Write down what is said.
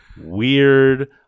weird